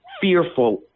fearful